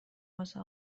واسه